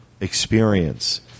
experience